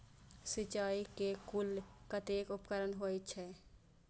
सिंचाई के कुल कतेक उपकरण होई छै?